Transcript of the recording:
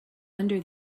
under